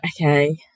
okay